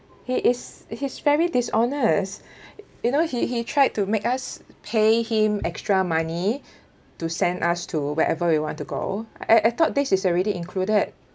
he is he's very dishonest you know he he tried to make us pay him extra money to send us to wherever we want to go I I thought this is already included